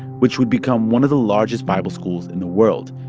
which would become one of the largest bible schools in the world.